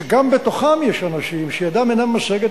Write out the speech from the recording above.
שגם בתוכם יש אנשים שידם אינה משגת,